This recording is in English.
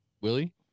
Willie